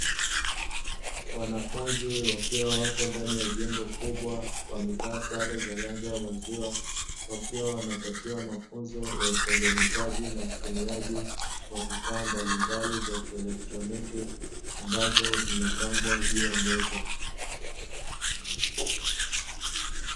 Wanafunzi wakiwa wako ndani ya jengo kubwa wamevaa sare za rangi ya maziwa, wakiwa wanapatiwa mafunzo ya utengenezaji na utumiaji wa vifaa mbalimbali vya kielektroniki ambavyo vimepangwa juu ya meza.